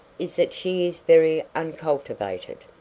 is that she is very uncultivated.